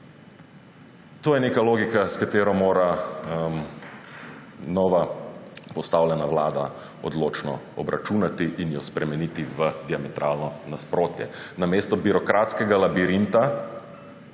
To je neka logika, s katero mora na novo postavljena vlada odločno obračunati in jo spremeniti v diametralno nasprotje.